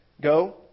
Go